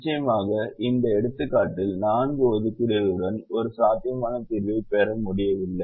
நிச்சயமாக இந்த எடுத்துக்காட்டில் நான்கு ஒதுக்கீடுகளுடன் ஒரு சாத்தியமான தீர்வைப் பெற முடியவில்லை